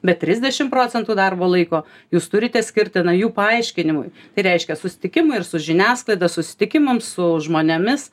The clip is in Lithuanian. bet trisdešim procentų darbo laiko jūs turite skirti na jų paaiškinimui tai reiškia susitikimą ir su žiniasklaida susitikimam su žmonėmis